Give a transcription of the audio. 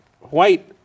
white